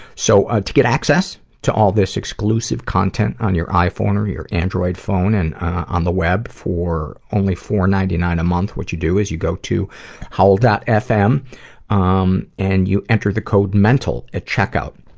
so, ah to get access to all this exclusive content on your iphone or your android phone and on the web for only four. ninety nine a month, what you do is you go to howl. fm um and you enter the code mental at checkout,